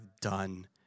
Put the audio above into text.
done